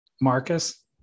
Marcus